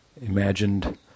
imagined